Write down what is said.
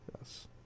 Yes